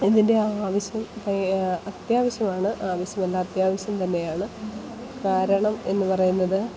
ഇതിൻറ്റെ ആവശ്യം ഇപ്പോൾ അത്യാവശ്യമാണ് ആവശ്യമല്ല അത്യാവശ്യം തന്നെയാണ് കാരണം എന്നു പറയുന്നത്